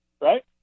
right